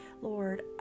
Lord